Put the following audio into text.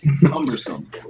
cumbersome